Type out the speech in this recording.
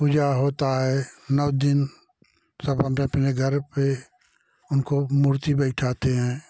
पूजा होता है नौ दिन सब अपने अपने घर पे उनको मूर्ति बैठाते हैं